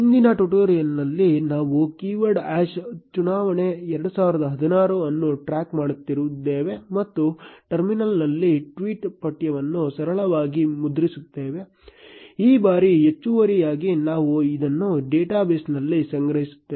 ಹಿಂದಿನ ಟ್ಯುಟೋರಿಯಲ್ ನಲ್ಲಿ ನಾವು ಕೀವರ್ಡ್ ಹ್ಯಾಶ್ ಚುನಾವಣೆ 2016 ಅನ್ನು ಟ್ರ್ಯಾಕ್ ಮಾಡುತ್ತಿದ್ದೇವೆ ಮತ್ತು ಟರ್ಮಿನಲ್ನಲ್ಲಿ ಟ್ವೀಟ್ ಪಠ್ಯವನ್ನು ಸರಳವಾಗಿ ಮುದ್ರಿಸುತ್ತಿದ್ದೇವೆ ಈ ಬಾರಿ ಹೆಚ್ಚುವರಿಯಾಗಿ ನಾವು ಇದನ್ನು ಡೇಟಾ ಬೇಸ್ನಲ್ಲಿ ಸಂಗ್ರಹಿಸುತ್ತೇವೆ